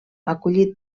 acollit